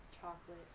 chocolate